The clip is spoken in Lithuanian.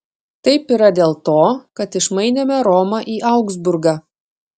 taip yra dėl to kad išmainėme romą į augsburgą